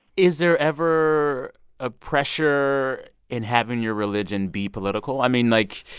is there ever a pressure in having your religion be political? i mean, like,